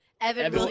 Evan